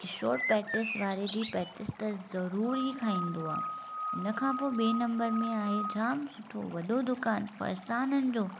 Kishore patties वारे जी patties त ज़रूरु ई खाईंदो आहे हिन खां पोइ ॿिए नम्बर में आहे जाम सुठो वॾो दुकानु फरसाननि जो